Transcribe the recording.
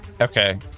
Okay